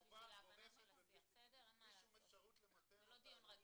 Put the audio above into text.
או בהתאם לתנאים ---